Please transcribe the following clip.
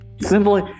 simply